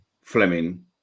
Fleming